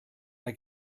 mae